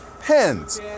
pens